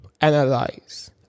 analyze